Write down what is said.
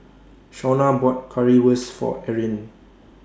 Shawna bought Currywurst For Eryn